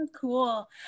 cool